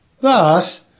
Thus